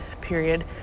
period